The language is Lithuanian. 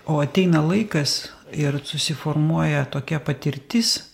o ateina laikas ir susiformuoja tokia patirtis